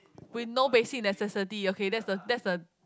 with no basic necessity ok that's the that's the